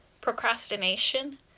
procrastination